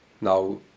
Now